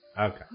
Okay